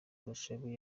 bashabe